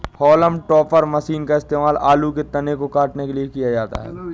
haulm topper machine का इस्तेमाल आलू के तने को काटने के लिए किया जाता है